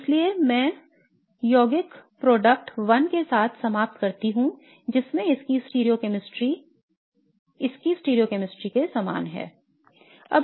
तो इसलिए मैं यौगिक उत्पाद 1 के साथ समाप्त करता हूं जिसमें इसकी स्टीरियोकेमिस्ट्री इसके स्टीरियोकेमिस्ट्री के समान है